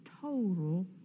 total